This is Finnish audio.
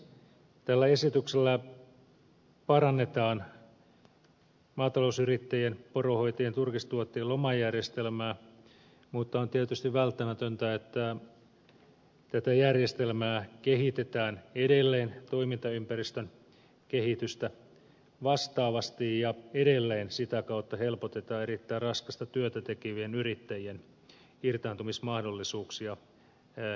tällä esityksellä parannetaan maatalousyrittäjien poronhoitajien turkistuottajien lomajärjestelmää mutta on tietysti välttämätöntä että tätä järjestelmää kehitetään edelleen toimintaympäristön kehitystä vastaavasti ja edelleen sitä kautta helpotetaan erittäin raskasta työtä tekevien yrittäjien irtaantumismahdollisuuksia työstään